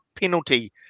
penalty